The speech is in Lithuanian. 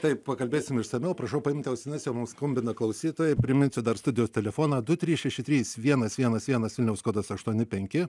tai pakalbėsime išsamiau prašau paimti ausines jau mums skambina klausytojai priminsiu dar studijų telefoną du trys šeši trys vienas vienas vienas vilniaus kodas aštuoni penki